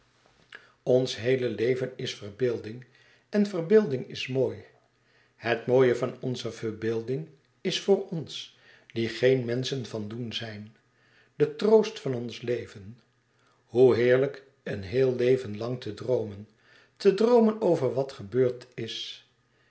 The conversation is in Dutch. ons heele leven is verbeelding en verbeelding is mooi het mooie van onze verbeelding is voor ons die geen menschen van doen zijn de troost van ons leven hoe heerlijk een heel leven lang te droomen te droomen over wat gebeurd is